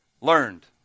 Learned